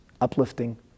uplifting